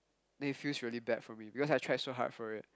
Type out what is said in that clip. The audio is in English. then it feels really bad for me because I tried so hard for it